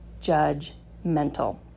judgmental